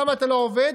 למה אתה לא עובד?